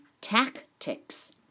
Tactics